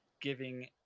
giving